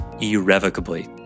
irrevocably